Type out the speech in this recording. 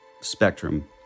spectrum